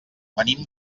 venim